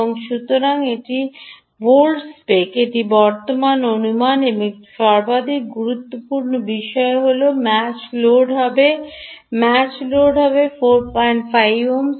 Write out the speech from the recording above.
এবং সুতরাং এটি ভোল্ট স্পেক এটি বর্তমান অনুমান এবং এটি সর্বাধিক গুরুত্বপূর্ণ বিষয় হল ম্যাচ লোড হবে ম্যাচ লোড হবে 45 ওহম